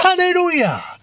Hallelujah